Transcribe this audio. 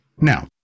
Now